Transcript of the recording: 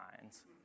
minds